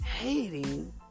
hating